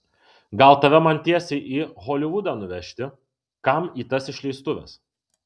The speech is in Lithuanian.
gal tave man tiesiai į holivudą nuvežti kam į tas išleistuves